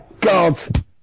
God